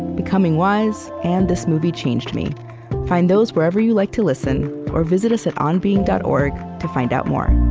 becoming wise, and this movie changed me find those wherever you like to listen or visit us at onbeing dot org to find out more